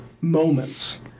moments